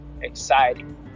exciting